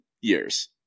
years